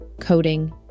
coding